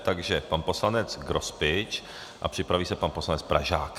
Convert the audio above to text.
Takže pan poslanec Grospič a připraví se pan poslanec Pražák.